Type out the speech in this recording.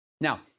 Now